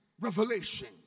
revelation